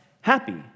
happy